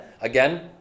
again